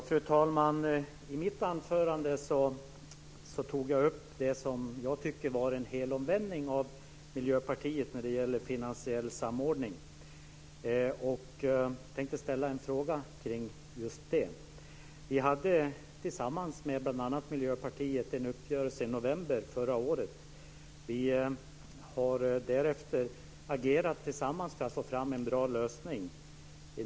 Fru talman! I mitt anförande tog jag upp det som jag tyckte var en helomvändning av Miljöpartiet när det gäller finansiell samordning. Jag tänkte ställa en fråga kring just detta. Tillsammans med bl.a. Miljöpartiet träffade vi en uppgörelse i november förra året. Därefter har vi agerat tillsammans för att få fram en bra lösning.